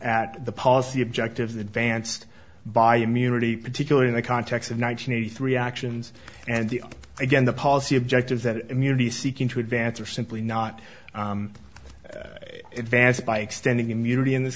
at the policy objectives advanced by immunity particularly in the context of nine hundred eighty three actions and the again the policy objectives that immunity seeking to advance are simply not advanced by extending immunity in this